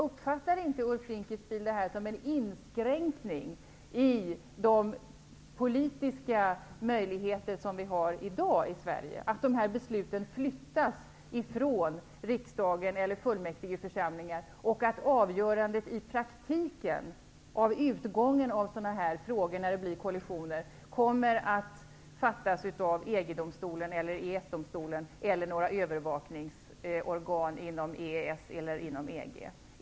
Uppfattar inte Ulf Dinkelspiel detta som en inskränkning i de politiska möjligheter som vi har i dag i Sverige? Dessa beslut flyttas från riksdagen eller fullmäktigeförsamlingen, och avgörandet av sådana frågor där det blir kollisioner fälls i praktiken i EG-domstolen, EES-domstolen eller några övervakningsorgan inom EES eller EG.